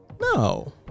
No